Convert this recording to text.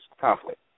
conflict